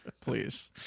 please